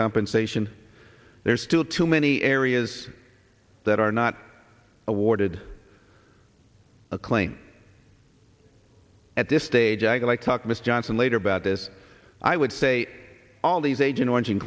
compensation there's still too many areas that are not awarded a claim at this stage i go i talk to miss johnson later about this i would say all these agent orange and